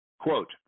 Quote